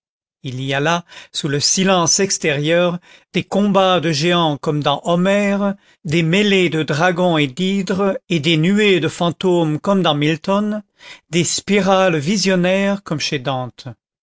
il y a là sous le silence extérieur des combats de géants comme dans homère des mêlées de dragons et d'hydres et des nuées de fantômes comme dans milton des spirales visionnaires comme chez dante